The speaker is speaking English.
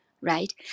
right